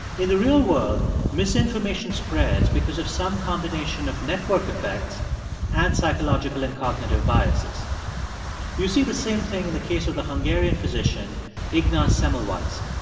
in the real world, misinformation spreads because of some combination of network effects and psychological and cognitive biases you see the same thing in the case of the hungarian physician ignaz semmelweis.